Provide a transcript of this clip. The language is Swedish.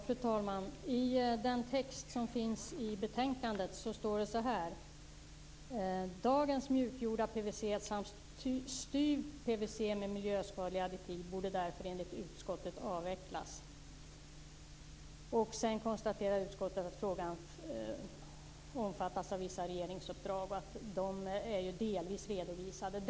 Fru talman! I den text som finns i betänkandet står det så här: "Dagens mjukgjorda PVC samt styv PVC med miljöskadliga additiv borde därför enligt utskottet avvecklas." Sedan konstaterar utskottet att frågan "omfattades av vissa regeringsuppdrag". De är delvis redovisade.